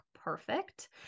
perfect